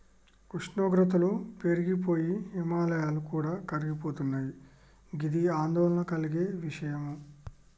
ఉష్ణోగ్రతలు పెరిగి పోయి హిమాయాలు కూడా కరిగిపోతున్నయి గిది ఆందోళన కలిగే విషయం